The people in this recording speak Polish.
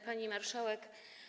Pani Marszałek!